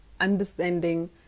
understanding